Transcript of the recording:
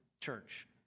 church